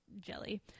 jelly